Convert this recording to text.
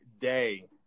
day